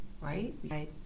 right